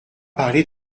parler